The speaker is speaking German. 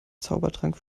zaubertrank